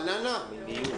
רעננה, חברת הנהלה.